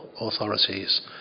authorities